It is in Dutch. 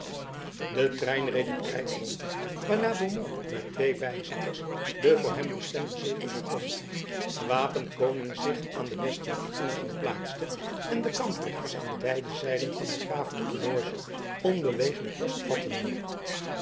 de trein reed het krijt rond waarna beaumont met twee bijzitters den voor hem bestemden zetel beklom de wapenkoning zich aan den westelijken ingang plaatste en de kamprechters aan de beide zijden van de grafelijke loge onbeweeglijk post